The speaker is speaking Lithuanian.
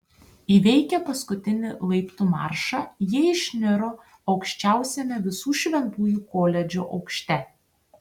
įveikę paskutinį laiptų maršą jie išniro aukščiausiame visų šventųjų koledžo aukšte